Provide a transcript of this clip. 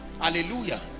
hallelujah